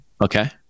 Okay